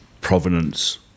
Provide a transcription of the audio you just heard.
provenance